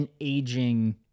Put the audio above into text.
aging